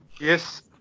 Yes